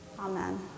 Amen